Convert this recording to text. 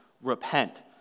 repent